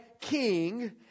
king